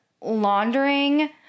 laundering